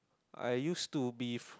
I used to be